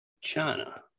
China